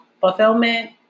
fulfillment